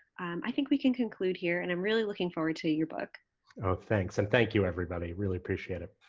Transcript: i think we can conclude here and i'm really looking forward to your book. oh thanks, and thank you everybody. really appreciate it.